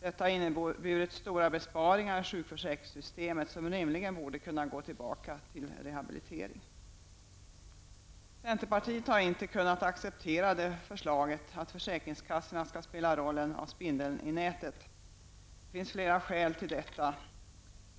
Detta har inneburit stora besparingar i sjukförsäkringssystemet, pengar som rimligen borde kunna gå tillbaka till rehabilitering. Centerpartiet har inte kunnat acceptera förslaget att försäkringskassorna skall spela rollen av spindeln i nätet. Det finns flera skäl till detta.